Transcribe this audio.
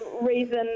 reason